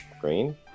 Green